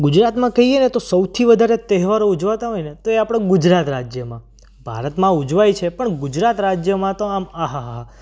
ગુજરાતમાં કહીએને તો સૌથી વધારે તહેવારો ઉજવાતા હોયને તો આપણા ગુજરાત રાજ્યમાં ભારતમાં ઉજવાય છે પણ ગુજરાત રાજ્યમાં તો આમ આ હા હા હા